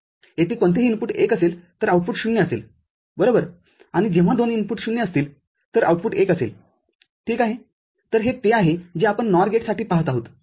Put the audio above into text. येथेकोणतेही input १ असेल तर output ० असेल बरोबर आणि जेव्हा दोन्ही इनपुट ० असतीलतर आउटपुट१ असेल ठीक आहे तरहे ते आहे जे आपण NOR गेटसाठीपाहत आहोत